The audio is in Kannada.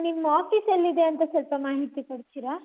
ನಿಮ್ಮ ಆಫೀಸ್ ಎಲ್ಲಿದೆ ಅಂತ ಸ್ವಲ್ಪ ಮಾಹಿತಿ ಕೊಡ್ತೀರಾ